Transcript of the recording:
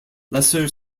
lesser